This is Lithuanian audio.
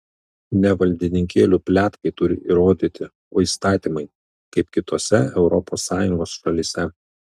ne valdininkėlių pletkai turi įrodyti o įstatymai kaip kitose europos sąjungos šalyse